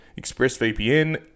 ExpressVPN